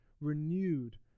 renewed